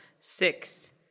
Six